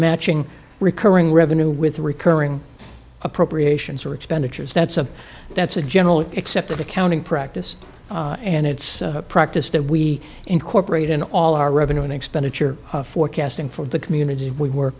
matching recurring revenue with recurring appropriations or expenditures that's a that's a generally accepted accounting practice and it's a practice that we incorporate in all our revenue and expenditure forecasting for the communities we work